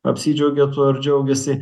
apsidžiaugė tuo ir džiaugėsi